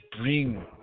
bring